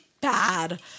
bad